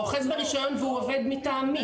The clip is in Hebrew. הוא אוחז ברישיון והוא עובד מטעם מי?